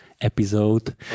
episode